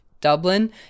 Dublin